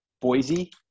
Boise